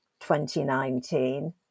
2019